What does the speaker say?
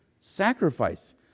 sacrifice